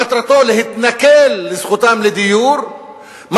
מטרתו להתנכל לזכותם לדיור,